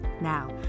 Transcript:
Now